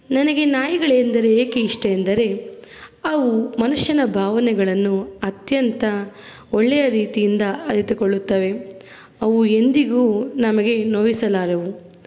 ನನಗೆ ನಾಯಿಗಳೆಂದರೆ ಏಕೆ ಇಷ್ಟ ಎಂದರೆ ಅವು ಮನುಷ್ಯನ ಭಾವನೆಗಳನ್ನು ಅತ್ಯಂತ ಒಳ್ಳೆಯ ರೀತಿಯಿಂದ ಅರಿತುಕೊಳ್ಳುತ್ತವೆ ಅವು ಎಂದಿಗೂ ನಮಗೆ ನೋಯಿಸಲಾರವು